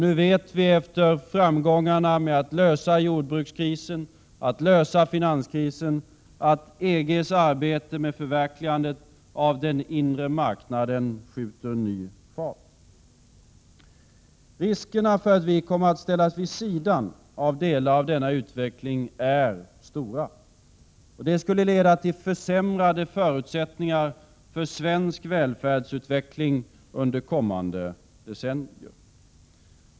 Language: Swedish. Nu vet vi, efter framgångarna med att lösa jordbrukskrisen och att lösa finanskrisen att EG:s arbete med förverkligandet av den inre marknaden skjuter ny fart. Riskerna för att vi kommer att ställas vid sidan av delar av denna utveckling är stora. Det skulle leda till försämrade förutsättningar för svensk välfärdsutveckling under kommande decennier.